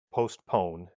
postpone